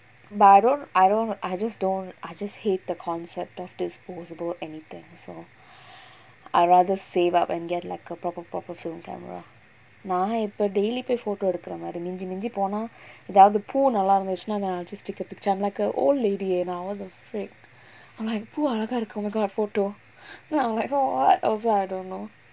but I don't I don't I just don't I just hate the concept of disposable anything so I rather save up and get like a proper proper film camera நா இப்ப:naa ippa daily போய்:poi photo எடுக்கற மாரி மிஞ்சி மிஞ்சி போனா எதாவது பூ நல்லா இருந்துச்சுனா:edukkara maari minji minji ponaa ethavathu poo nallaa irunthuchuna I'll just take a picture I'm like a old lady and what the frick பூ அழகா இருக்கு:poo alaga irukku oh my god photo then I'm like what I also don't know